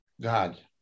God